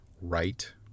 right